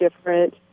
different